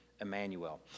Emmanuel